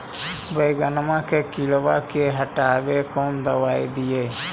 बैगनमा के किड़बा के हटाबे कौन दवाई दीए?